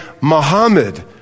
Muhammad